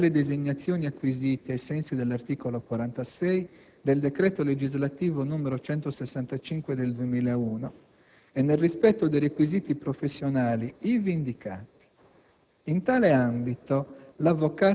con le modalità e sulla base delle designazioni acquisite ai sensi dell'articolo 46 del decreto legislativo n. 165 del 2001 e nel rispetto dei requisiti professionali ivi indicati.